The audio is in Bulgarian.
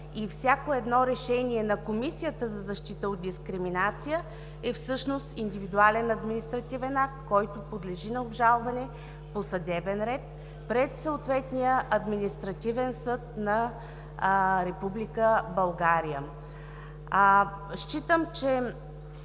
И всяко едно решение на Комисията за защита от дискриминация всъщност е индивидуален административен акт, който подлежи на обжалване по съдебен ред пред съответния административен съд на Република България. Считам, че